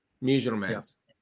measurements